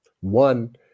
one